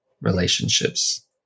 relationships